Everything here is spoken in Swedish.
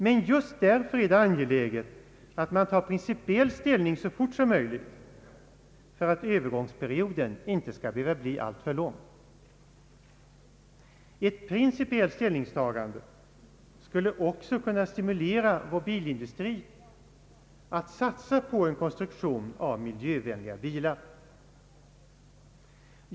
Men just för att övergångsperioden inte skall behöva bli alltför lång är det angeläget att ta principiell ställning så fort som möjligt. Ett principiellt ställningstagande skulle kunna stimulera vår bilindustri att satsa på en konstruktion av miljövänliga bilar.